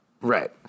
Right